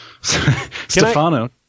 Stefano